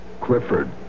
Clifford